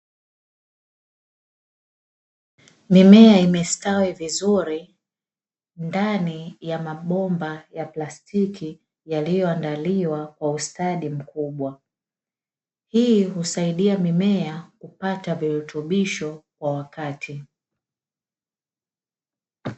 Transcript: Mimea imestawi vizuri ndani ya mabomba ya plastiki yaliyoandaliwa kwa ustadi mkubwa. Hii husaidia mimea kupata virutubisho kwa wakati.